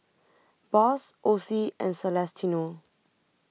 Boss Osie and Celestino